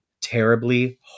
terribly